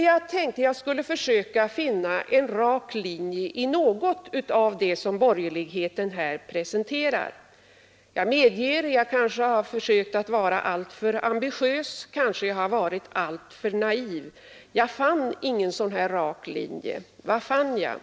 Jag har då försökt finna en rak linje i något av det som borgerligheten i det fallet presenterar, och jag medger att jag kanske har varit alltför ambitiös och möjligen också alltför naiv. Jag har nämligen inte funnit någon sådan rak linje. Vad fann jag då?